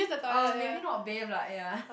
um maybe not bathe lah ya